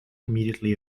immediately